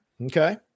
Okay